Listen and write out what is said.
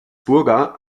burger